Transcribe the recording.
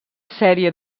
sèrie